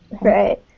right